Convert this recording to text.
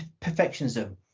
perfectionism